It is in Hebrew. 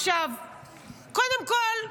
קודם כול,